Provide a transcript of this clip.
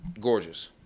gorgeous